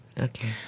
okay